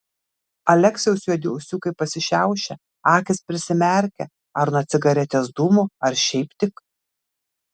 aleksiaus juodi ūsiukai pasišiaušia akys prisimerkia ar nuo cigaretės dūmų ar šiaip tik